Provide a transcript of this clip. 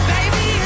Baby